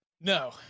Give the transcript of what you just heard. No